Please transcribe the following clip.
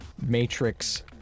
Matrix